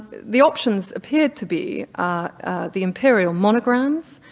the options appeared to be the imperial monograms,